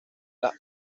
las